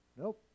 Nope